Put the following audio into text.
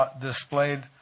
displayed